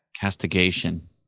castigation